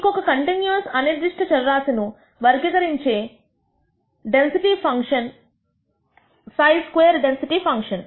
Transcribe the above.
ఇంకొక కంటిన్యూయస్ అనిర్దిష్ట చర రాశి ను వర్గీకరించేత ఇంకొక density function χ square density function